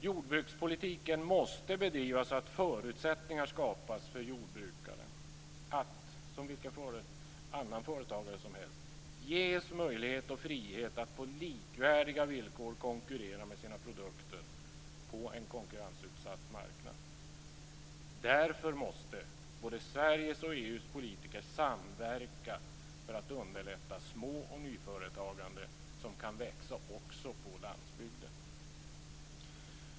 Jordbrukspolitiken måste bedrivas så att förutsättningar skapas för att jordbrukaren, som vilken annan företagare som helst, ges möjlighet och frihet att på likvärdiga villkor konkurrera med sina produkter på en konkurrensutsatt marknad. Därför måste både Sveriges och EU:s politiker samverka för att underlätta små och nyföretagande som kan växa också på landsbygden.